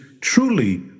truly